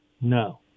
No